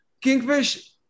Kingfish